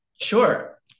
Sure